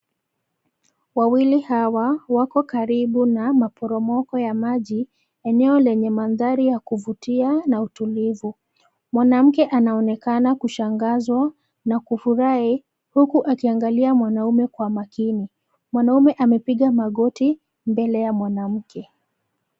Wawili hawa wako karibu na maporomoko ya maji; eneo lenye mandhari ya kuvutia na utulivu. Mwanamke anaonekana kushangazwa na kufurahi huku akiangalia mwanaume kwa makini. Mwanaume amepiga magoti mbele ya mwanamke.